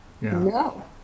no